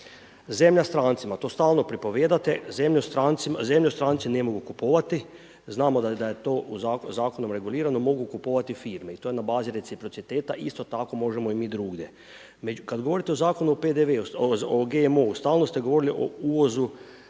Zemlja strancima, to stalno pripovijedate, zemlju stranci ne mogu kupovati, znamo da je to zakonom regulirano, mogu kupovati firme i to je na bazi reciprociteta i isto tako možemo i mi drugdje. Kad govorite o Zakonu o GMO-u, stalno ste govorili o uvozu